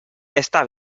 está